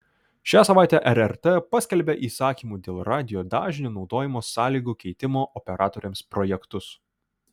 šią savaitę rrt paskelbė įsakymų dėl radijo dažnių naudojimo sąlygų keitimo operatoriams projektus